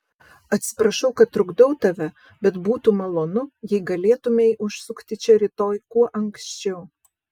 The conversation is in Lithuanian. atsiprašau kad trukdau tave bet būtų malonu jei galėtumei užsukti čia rytoj kuo anksčiau